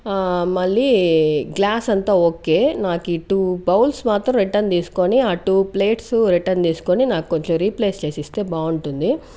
ఆ మళ్లీ గ్లాస్ అంతా ఓకే నాకు టూ బౌల్స్ మాత్రం రిటన్ తీసుకొని ఆ టూ ప్లేట్స్ రిటన్ తీసుకొని నాక్కొంచెం రీప్లేస్ చేసి ఇస్తే బాగుంటుంది